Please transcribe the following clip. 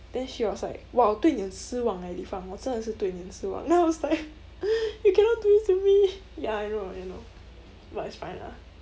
then she was like !wow! 我对你很失望 eh li fang 我真的是对你很失望 then I was like you cannot do this to me ya I know I know but it's fine lah